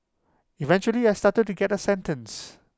eventually I started to get A sentence